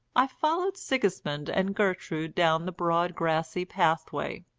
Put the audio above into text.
i followed sigismund and gertrude down the broad grassy pathway.